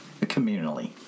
communally